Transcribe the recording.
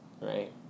Right